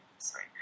Sorry